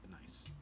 nice